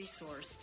resource